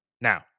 now